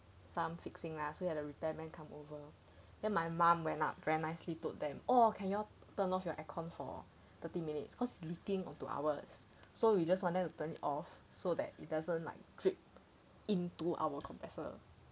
some fixing lah so we had a repairman come over then my mum went up very nicely told them orh can you all turn off your air con for thirty minutes cause leaking onto ours so we just want them to turn it off so that it doesn't like drip into our compressor